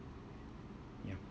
ya